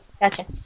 gotcha